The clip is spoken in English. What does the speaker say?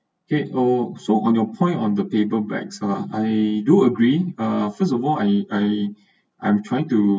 eight O so on your point on the paper bags ah I do agree ah first of all I I I'm trying to